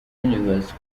universe